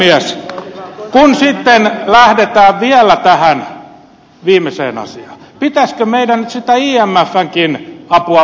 kun sitten lähdetään vielä tähän viimeiseen asiaan pitäisikö meidän nyt sitä imfnkin apua vastustaa